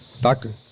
Doctor